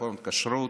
רפורמות כשרות,